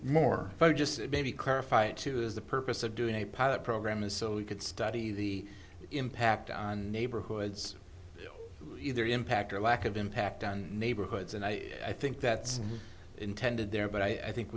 more but just maybe clarify it too is the purpose of doing a pilot program is so you could study the impact on neighborhoods either impact or lack of impact on neighborhoods and i i think that's intended there but i think